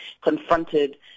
confronted